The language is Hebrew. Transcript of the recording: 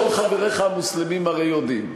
כל חבריך המוסלמים הרי יודעים.